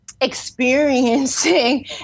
experiencing